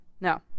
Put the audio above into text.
No